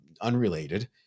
unrelated